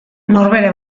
norbere